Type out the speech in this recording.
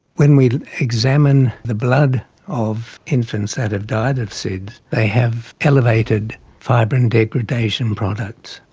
when we examine the blood of infants that have died of sids, they have elevated fibrin degradation products.